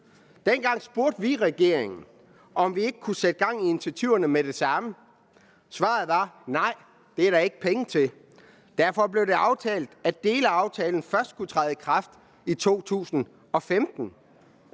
Dengang spurgte vi regeringen, om vi ikke kunne sætte gang i initiativerne med det samme. Svaret var: Nej, det er der ikke penge til. Derfor blev det aftalt, at dele af aftalen først skulle træde i kraft i 2015.